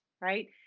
right